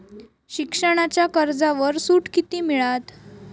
शिक्षणाच्या कर्जावर सूट किती मिळात?